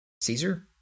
Caesar